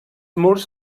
murs